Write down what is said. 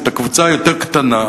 את הקבוצה היותר-קטנה,